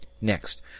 Next